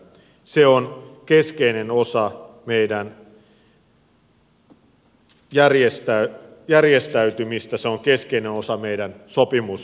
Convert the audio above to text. se on keskeinen osa meidän järjestäytymistä se on keskeinen osa meidän sopimusyhteiskuntaa